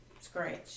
Scratch